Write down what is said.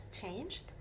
changed